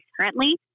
currently